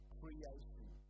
creation